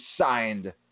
signed